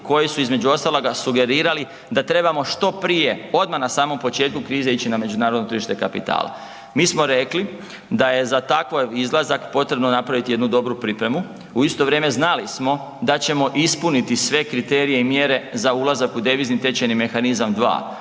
koji su između ostaloga sugerirali da trebamo što prije, odmah na samom početku krize ići na međunarodno tržište kapitala. Mi smo rekli da je za takav izlazak potrebno napraviti jednu dobru pripremu. U isto vrijeme znali smo da ćemo ispuniti sve kriterije i mjere za ulazak u devizni tečajni mehanizam 2.